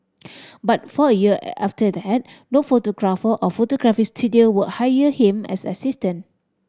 but for a year after that no photographer or photography studio would hire him as an assistant